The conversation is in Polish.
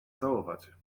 całować